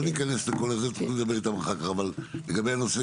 מה לגבי הנושא